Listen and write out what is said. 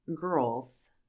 girls